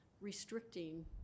restricting